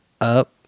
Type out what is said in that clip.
up